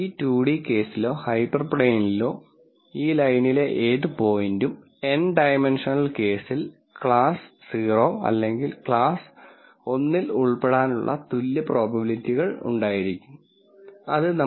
ഈ 2 d കേസിലോ ഹൈപ്പർപ്ലെയിനിലോ ഈ ലൈനിലെ ഏത് പോയിന്റും n ഡൈമൻഷണൽ കേസിൽ ക്ലാസ് 0 അല്ലെങ്കിൽ ക്ലാസ് 1 ൽ ഉൾപ്പെടാനുള്ള തുല്യ പ്രോബബിലിറ്റി ഉണ്ടായിരിക്കും അത് നമ്മൾ ചെയ്യാൻ ശ്രമിക്കുന്നതിനെ അർത്ഥവത്താക്കുന്നു